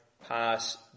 pass